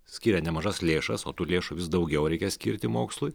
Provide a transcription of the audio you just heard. skiria nemažas lėšas o tų lėšų vis daugiau reikia skirti mokslui